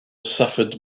suffered